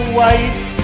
waves